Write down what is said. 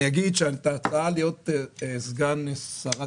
אני אגיד שאת ההתרעה להיות סגן שרת